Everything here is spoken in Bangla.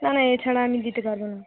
না না এছাড়া আমি দিতে পারব না